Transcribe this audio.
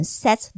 set